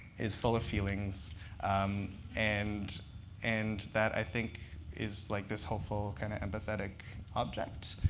is full of feelings um and and that i think is like this hopeful, kind of empathetic object.